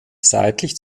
seitlich